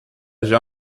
già